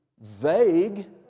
vague